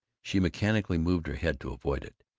she mechanically moved her head to avoid it,